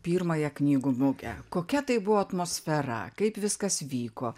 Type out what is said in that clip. pirmąją knygų mugę kokia tai buvo atmosfera kaip viskas vyko